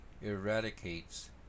eradicates